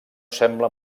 sembla